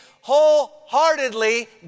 wholeheartedly